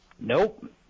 Nope